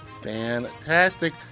Fantastic